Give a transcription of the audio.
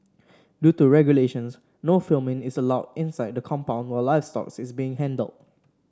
due to regulations no filming is allowed inside the compound while livestock is being handled